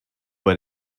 bei